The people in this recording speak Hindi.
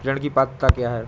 ऋण की पात्रता क्या है?